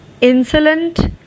insolent